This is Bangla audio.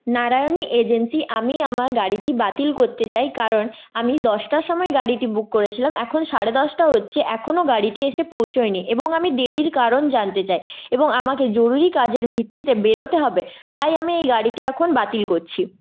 নারায়ণী এজেন্সি আমি আমার গাড়িটি বাতিল করতে চাই কারণ আমি দশটার সময় গাড়িটি বুক করেছিলাম এখন সাড়ে দশটা হচ্ছে এখনও গাড়িটি এসে পৌঁছয়নি এবং আমি দেরির কারণ জানতে চাই এবং আমাকে জরুরি কাজের ভিত্তিতে বেরোতে হবে তাই আমি এই গাড়িটি এখন বাতিল করছি